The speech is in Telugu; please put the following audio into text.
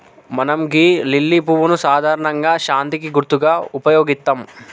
మనం గీ లిల్లీ పువ్వును సాధారణంగా శాంతికి గుర్తుగా ఉపయోగిత్తం